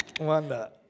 Wanda